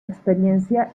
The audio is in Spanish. experiencia